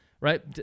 right